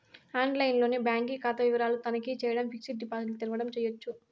ఆన్లైన్లోనే బాంకీ కాతా వివరాలు తనఖీ చేయడం, ఫిక్సిడ్ డిపాజిట్ల తెరవడం చేయచ్చు